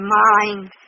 mind